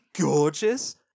gorgeous